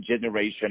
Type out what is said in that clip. generation